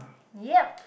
yup